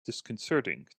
disconcerting